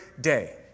day